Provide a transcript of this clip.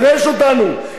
גרש אותנו,